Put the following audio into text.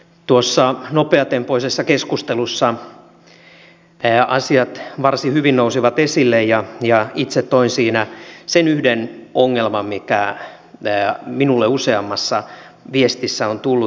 tuossa nopeatempoisessa keskustelussa asiat varsin hyvin nousivat esille ja itse toin siinä sen yhden ongelman mikä minulle useammassa viestissä on tullut